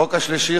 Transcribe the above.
החוק השלישי,